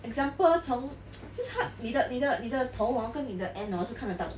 example 从就他你的你的头 hor 跟你的 end 是看得到的